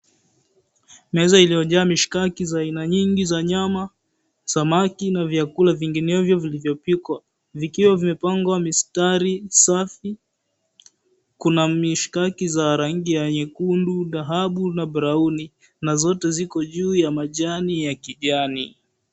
Meza iliyojaa mishikaki za aina nyingi za nyama, samaki na vyakula vinginevyo vilivyopikwa. Vikiwa vimepangwa mistari safi. Kuna mishikaki za rangi ya nyekundu, dhahabu na brauni na zote ziko juu ya majani ya kijani.